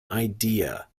idea